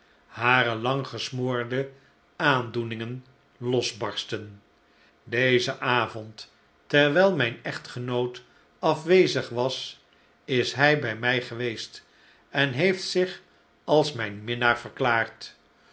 hare lang gesmoorde aandoeningen losbarstten dezen avond terwijl mijn echtgenoot afwezig was is hij bij mij geweest en heeft zich als mijn minnaar verklaard